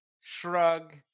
Shrug